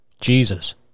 jesus